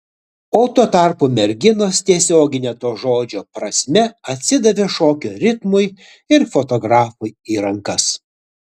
o tuo tarpu merginos tiesiogine to žodžio prasme atsidavė šokio ritmui ir fotografui į rankas